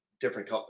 different